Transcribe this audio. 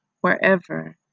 wherever